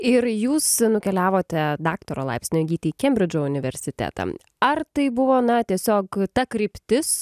ir jūs nukeliavote daktaro laipsnio įgyti į kembridžo universitetą ar tai buvo na tiesiog ta kryptis